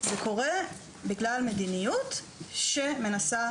זה קורה בגלל מדיניות שמנסה